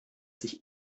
sich